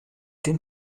den